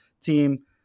team